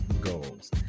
goals